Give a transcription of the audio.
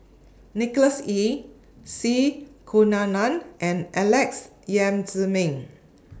Nicholas Ee C Kunalan and Alex Yam Ziming